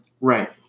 Right